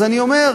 אז אני אומר,